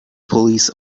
police